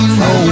no